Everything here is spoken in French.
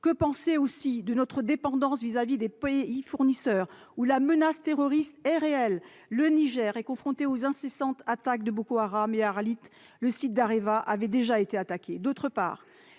Que penser aussi de notre dépendance à l'égard de pays fournisseurs où la menace terroriste est réelle ? Le Niger est confronté aux incessantes attaques de Boko Haram ; à Arlit, le site d'AREVA a déjà été attaqué.